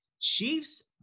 Chiefs